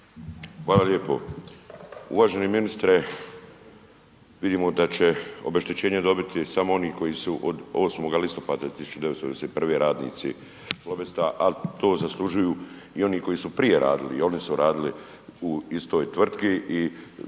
Hvala lijepo. Uvaženi ministre, vidimo da će obeštećenje dobiti samo oni koji su od 8. listopada 1991. radnici Plobesta, a to zaslužuju i oni koji su prije radili, i oni su radili u istoj tvrtki